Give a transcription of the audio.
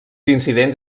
incidents